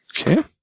Okay